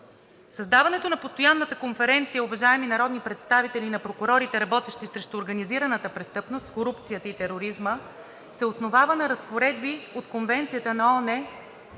Създаването на Постоянната конференция, уважаеми народни представители, на прокурорите, работещи срещу организираната престъпност, корупцията и тероризма, се основава на разпоредби от Конвенцията на ООН